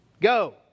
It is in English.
Go